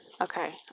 Okay